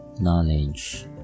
Knowledge